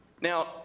Now